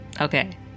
Okay